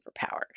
superpowers